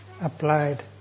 applied